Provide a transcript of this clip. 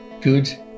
good